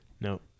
No